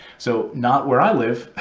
so not where i live.